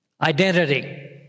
Identity